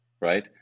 right